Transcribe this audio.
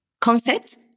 concept